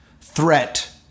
threat